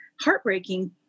heartbreaking